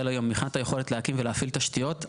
היום מבחינת היכולת להקים ולהפעיל תשתיות,